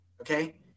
okay